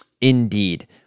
Indeed